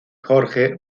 jorge